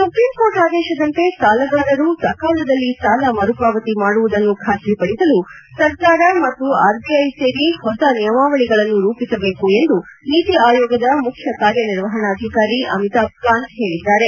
supreme court ಆದೇಶದಂತೆ ಸಾಲಗಾರರು ಸಕಾಲದಲ್ಲಿ ಸಾಲ ಮರುಪಾವತಿ ಮಾಡುವುದನ್ನು ಖಾತ್ರಿಪದಿಸಲು ಸರಕಾರ ಮತ್ತು ಆರ್ಬಿಐ ಸೇರಿ ಹೊಸ ನಿಯಮಾವಳಿಗಳನ್ನು ರೂಪಿಸಬೇಕು ಎಂದು ನೀತಿ ಆಯೋಗದ ಮುಖ್ಯ ಕಾರ್ಯನಿರ್ವಹಣಾಧಿಕಾರಿ ಅಮಿತಾಬ್ ಕಾಂತ್ ಹೇಳಿದ್ದಾರೆ